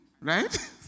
right